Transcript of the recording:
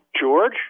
George